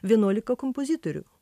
vienuolika kompozitorių